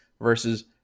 versus